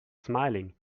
smiling